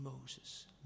Moses